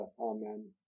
Amen